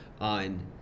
on